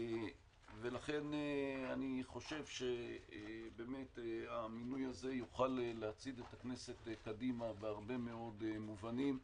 אני חושב שהמינוי הזה יוכל להצעיד את הכנסת קדימה בהרבה מאוד מובנים.